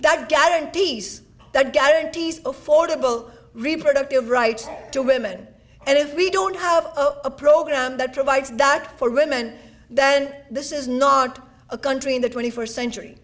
that guarantees that guarantees affordable reproductive rights to women and if we don't have a program that provides that for women then this is not a country in the twenty first century